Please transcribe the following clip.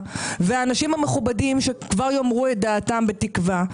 והאנשים המכובדים שכבר יאמרו דעתם בתקווה,